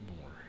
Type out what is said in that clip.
more